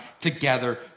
together